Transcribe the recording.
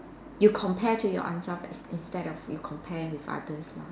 you compare to your answer first instead of you compare with others lah